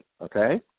okay